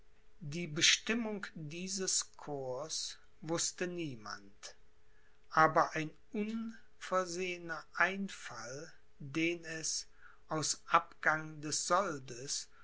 die bestimmung dieses corps wußte niemand aber ein unversehener einfall den es aus abgang des soldes